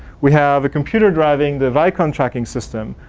we have a computer driving the viacom tracking system,